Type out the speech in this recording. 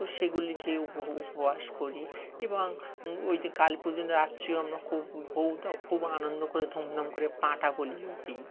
তো সেগুলি খেয়ে উপ উপবাস করি এবং ওই কালী পুজোর দিন রাত্রিও আমরা খুব ব খুব আনন্দ করে ধুমধাম করে পাঁঠা বলিও দিই